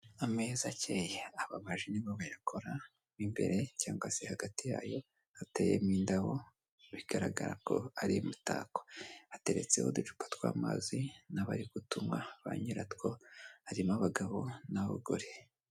Ameza akeye ababaji ni bo bayakora, imbere cyangwa se hagati yayo hateyemo indabo bigaragara ko ari imitako, hateretse uducupa tw'amazi n'abari gutunywa, ba nyiratwo, harimo abagabo n'abagore.